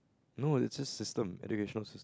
no it's just system educational sys~